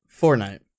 Fortnite